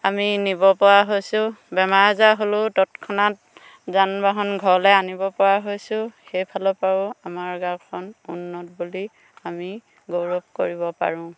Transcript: আমি নিব পৰা হৈছোঁ বেমাৰ আজাৰ হ'লেও তৎক্ষণাত যান বাহন ঘৰলৈ আনিব পৰা হৈছোঁ সেইফালৰ পৰাও আমাৰ গাঁওখন উন্নত বুলি আমি গৌৰৱ কৰিব পাৰোঁ